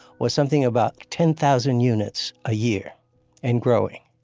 was something about ten thousand units a year and growing.